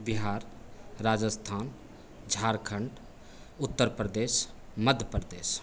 Bihar Rajasthan Jharkhand Uttar Pradesh Madhya Pradesh